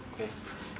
okay